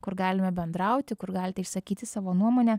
kur galima bendrauti kur galite išsakyti savo nuomonę